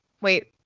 Wait